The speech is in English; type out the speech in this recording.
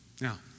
Now